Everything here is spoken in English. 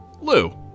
lou